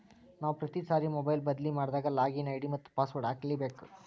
ನಾವು ಪ್ರತಿ ಸಾರಿ ಮೊಬೈಲ್ ಬದ್ಲಿ ಮಾಡಿದಾಗ ಲಾಗಿನ್ ಐ.ಡಿ ಮತ್ತ ಪಾಸ್ವರ್ಡ್ ಹಾಕ್ಲಿಕ್ಕೇಬೇಕು